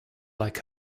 like